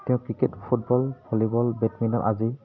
তেওঁ cricket football volleyball badminton আজি